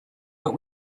but